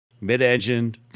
mid-engine